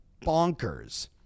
bonkers